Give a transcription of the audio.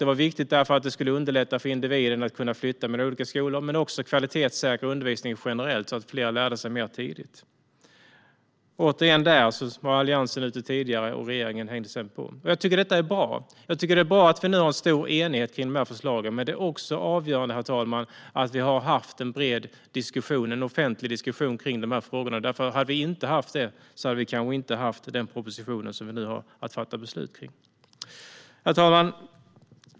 Den var viktig därför att den skulle underlätta för individen att flytta mellan olika skolor men också för att kvalitetssäkra undervisningen generellt så att fler kunde lära sig mer tidigt. Återigen var Alliansen ute tidigare där, och sedan hängde regeringen på. Jag tycker att detta är bra. Det är bra att vi nu har stor enighet om förslagen. Det är också avgörande, herr talman, att vi har haft en bred, offentlig diskussion om dessa frågor. Om vi inte hade haft det hade vi kanske inte haft denna proposition som vi nu har att fatta beslut om. Herr talman!